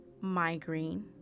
migraine